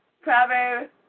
Proverbs